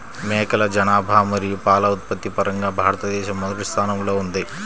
మేకల జనాభా మరియు పాల ఉత్పత్తి పరంగా భారతదేశం మొదటి స్థానంలో ఉంది